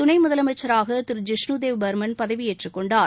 துணை முதலமைச்சராக திரு ஜிஷ்ணு தேவ் பர்மன் பதவியேற்றுக் கொண்டார்